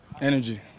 Energy